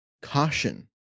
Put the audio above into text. caution